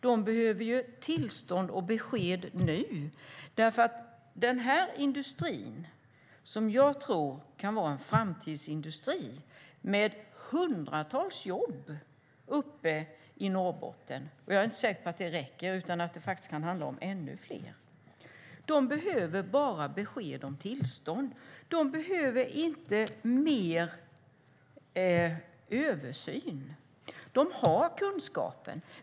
De behöver tillstånd och besked nu. Den här industrin tror jag kan vara en framtidsindustri, med hundratals jobb uppe i Norrbotten. Jag är inte säker på att det räcker, utan det kan handla om ännu fler. De behöver bara besked om tillstånd. De behöver inte mer översyn. De har kunskapen.